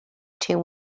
tomb